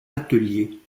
atelier